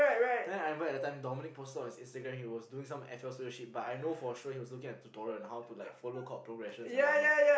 then I remember at that time Dominique posted on his Instagram he was doing some F L studio shit but I know for sure he was looking at tutorial and how to like follow chord progressions and what not